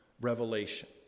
revelation